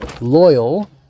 loyal